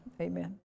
Amen